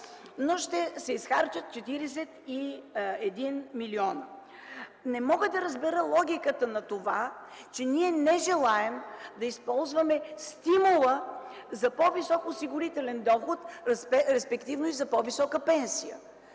но ще се изхарчат 41 милиона. Не мога да разбера логиката на това, че ние не желаем да използваме стимула за по-висок осигурителен доход, респективно и за по-висока пенсия!